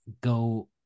go